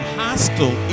hostile